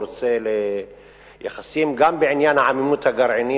הוא רוצה יחסים גם בעניין עמימות הגרעין.